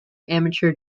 amateur